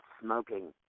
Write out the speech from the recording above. smoking